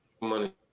money